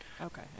Okay